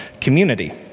community